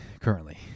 Currently